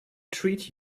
treat